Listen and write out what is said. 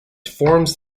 forms